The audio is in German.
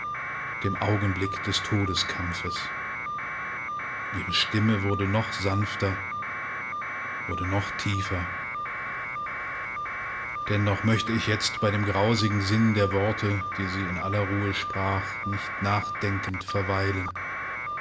dem augenblick des todeskampfes ihre stimme wurde noch sanfter wurde noch tiefer dennoch möchte ich jetzt bei dem grausigen sinn der worte die sie in aller ruhe sprach nicht nachdenkend verweilen